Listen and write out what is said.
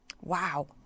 wow